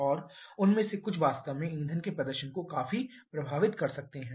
और उनमें से कुछ वास्तव में इंजन के प्रदर्शन को काफी प्रभावित कर सकते हैं